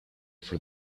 for